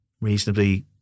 reasonably